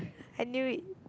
I knew it